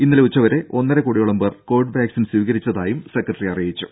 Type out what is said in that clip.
ഇന്നലെ ഉച്ചവരെ ഒന്നരക്കോടിയോളം പേർ കോവിഡ് വാക്സിൻ സ്വീകരിച്ചതായും സെക്രട്ടറി പറഞ്ഞു